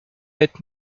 être